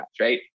right